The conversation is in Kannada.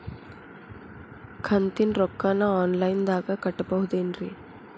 ಕಂತಿನ ರೊಕ್ಕನ ಆನ್ಲೈನ್ ದಾಗ ಕಟ್ಟಬಹುದೇನ್ರಿ?